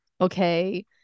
okay